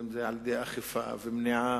ואם על-ידי אכיפה ומניעה